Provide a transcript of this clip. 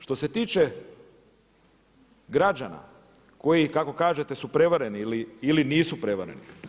Što se tiče građana koji kako kažete su prevareni ili nisu prevareni.